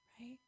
Right